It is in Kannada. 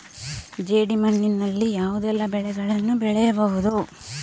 ಜೇಡಿ ಮಣ್ಣಿನಲ್ಲಿ ಯಾವುದೆಲ್ಲ ಬೆಳೆಗಳನ್ನು ಬೆಳೆಯಬಹುದು?